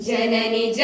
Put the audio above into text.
Janani